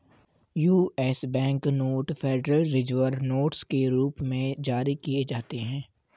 US bank note federal reserve notes के रूप में जारी किए जाते हैं